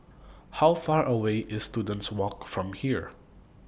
How Far away IS Students Walk from here